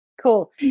Cool